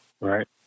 Right